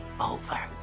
over